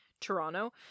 Toronto